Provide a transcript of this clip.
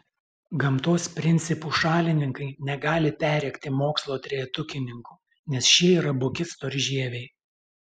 gamtos principų šalininkai negali perrėkti mokslo trejetukininkų nes šie yra buki storžieviai